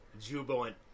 Jubilant